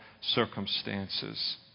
circumstances